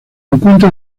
encuentra